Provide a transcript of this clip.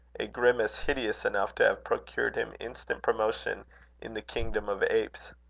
a grimace hideous enough to have procured him instant promotion in the kingdom of apes.